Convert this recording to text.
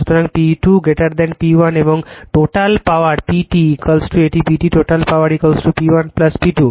সুতরাং P2 P1 এবং total power PT এটি PT total power P1 P2